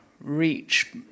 reach